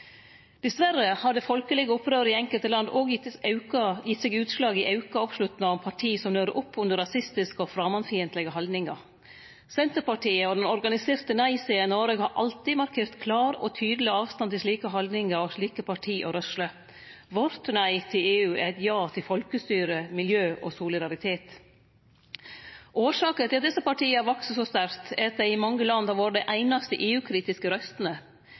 Dessverre har det folkelege opprøret i enkelte land også gitt seg utslag i auka oppslutnad om parti som nører opp under rasistiske og framandfiendtlege haldningar. Senterpartiet og den organiserte nei-sida i Noreg har alltid markert klar og tydeleg avstand til slike haldningar og slike parti og rørsler. Vårt nei til EU er eit ja til folkestyre, miljø og solidaritet. Årsaka til at desse partia har hatt ein så sterk vekst, er at dei i mange land har vore dei einaste EU-kritiske røystene.